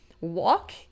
walk